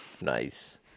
Nice